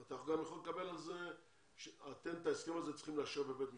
את ההסכם הזה אתם צריכים לאשר בבית משפט?